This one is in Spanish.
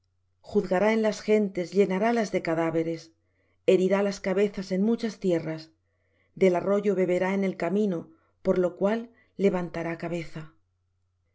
juzgará en las gentes llenará las de cadáveres herirá las cabezas en muchas tierras del arroyo beberá en el camino por lo cual levantará cabeza